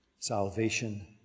Salvation